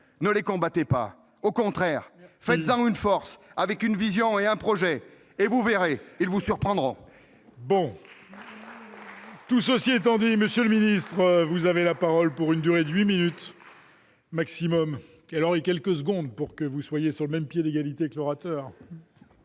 Ne les combattez pas ! Au contraire, faites-en une force, avec une vision et un projet, et, vous verrez, ils vous surprendront.